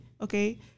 okay